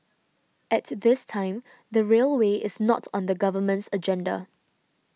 at this time the railway is not on the government's agenda